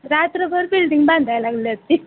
रात्रभर बिल्डिंग बांधायला लागल्यात